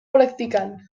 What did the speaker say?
practicant